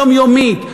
יומיומית,